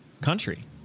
country